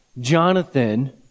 Jonathan